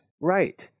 Right